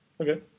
Okay